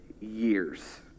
years